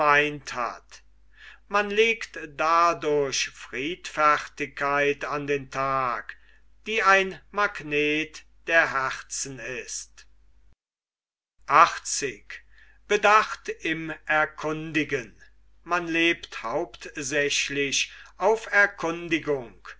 hat man legt dadurch friedfertigkeit an den tag die ein magnet der herzen ist man lebt hauptsächlich auf erkundigung